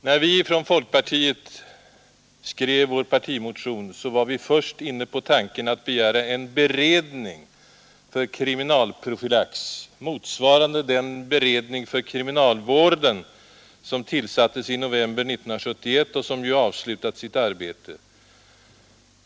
När vi från folkpartiet skrev vår partimotion var vi först inne på tanken att begära en beredning för kriminalprofylax, motsvarande den beredning för kriminalvården som tillsattes i november 1971 och som avslutat sitt arbete.